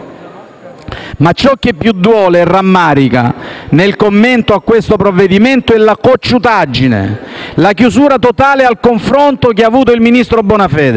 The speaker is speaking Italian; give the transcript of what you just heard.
Ciò che più duole e rammarica nel commento al provvedimento in discussione è la cocciutaggine, la chiusura totale al confronto che ha avuto il ministro Bonafede.